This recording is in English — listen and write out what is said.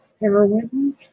heroin